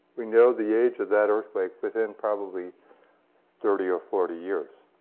we know the age of that earthquake within probably thirty or forty years.